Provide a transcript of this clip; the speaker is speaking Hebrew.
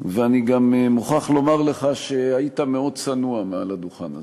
ואני גם מוכרח לומר לך שהיית מאוד צנוע מעל הדוכן הזה,